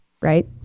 right